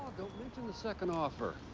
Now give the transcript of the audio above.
don't mention the second offer.